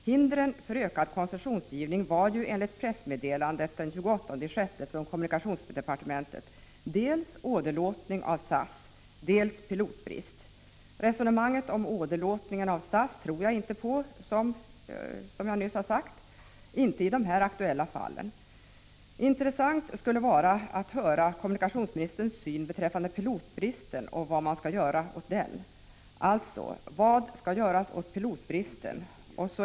Hindren för ökad koncessionsgivning var ju, enligt pressmeddelandet från kommunikationsdepartementet den 28 juni, dels åderlåtning av resenärer till SAS, dels pilotbrist. Resonemanget om åderlåtningen av SAS tror jag inte på, som jag nyss har sagt, i de här aktuella fallen. Det skulle vara intressant att höra kommunikationsministerns syn på pilotbristen — och vad skall man göra åt den?